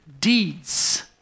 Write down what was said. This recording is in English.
deeds